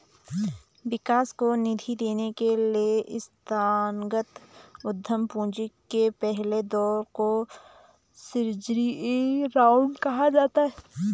विकास को निधि देने के लिए संस्थागत उद्यम पूंजी के पहले दौर को सीरीज ए राउंड कहा जाता है